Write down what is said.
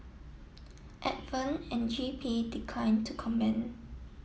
advent and G P declined to comment